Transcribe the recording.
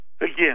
Again